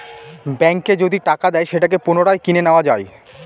ব্যাঙ্কে যদি টাকা দেয় সেটাকে পুনরায় কিনে নেত্তয়া যায়